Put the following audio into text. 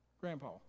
Grandpa